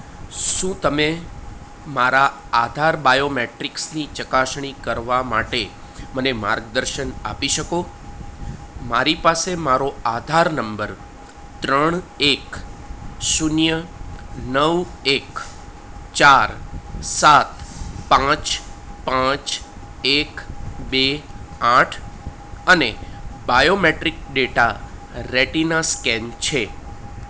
શું તમે મારા આધાર બાયોમેટ્રીક્સની ચકાસણી કરવા માટે મને માર્ગદર્શન આપી શકો મારી પાસે મારો આધાર નંબર ત્રણ એક શૂન્ય નવ એક ચાર સાત પાંચ પાંચ એક બે આઠ અને બાયોમેટ્રિક ડેટા રેટિના સ્કેન છે